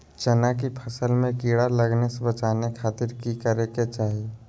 चना की फसल में कीड़ा लगने से बचाने के खातिर की करे के चाही?